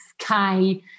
sky